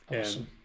Awesome